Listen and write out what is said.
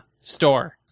store